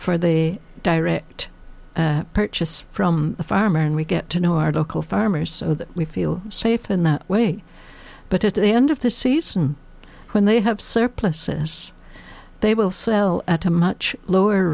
for the direct purchase from the farmer and we get to know our local farmers so that we feel safe in that way but at the end of the season when they have surpluses they will sell at a much lower